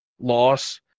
loss